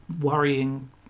worrying